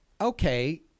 okay